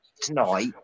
tonight